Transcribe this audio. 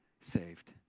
saved